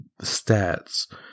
stats